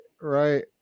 right